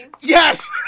Yes